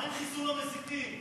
מה עם חיסול המסיתים?